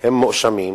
הם מואשמים,